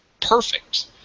perfect